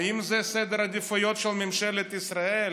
האם זה סדר העדיפויות של ממשלת ישראל?